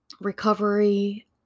recovery